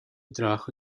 trabajo